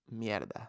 Mierda